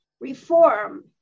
reform